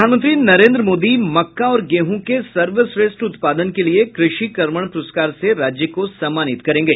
प्रधानमंत्री नरेन्द्र मोदी मक्का और गेहूँ के सर्वश्रेष्ठ उत्पादन के लिए कृषि कर्मण प्रस्कार से राज्य को सम्मानित करेंगे